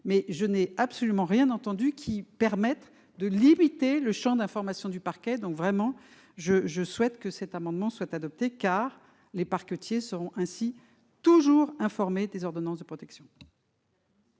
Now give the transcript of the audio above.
mais je n'ai absolument rien entendu qui permette de limiter le champ d'information du parquet. Je souhaite donc vraiment que cet amendement soit adopté : ainsi, les parquetiers seront toujours informés des ordonnances de protection.